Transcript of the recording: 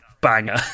banger